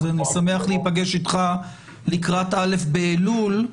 אני שמח להיפגש איתך לקראת א' באלול.